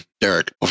Derek